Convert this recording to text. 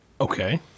Okay